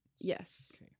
Yes